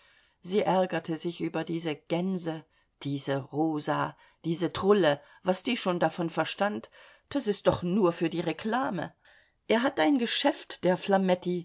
sie ärgerte sich über diese gänse diese rosa die trulle was die schon davon verstand das ist doch nur für die reklame er hat ein geschäft der